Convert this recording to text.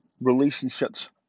relationships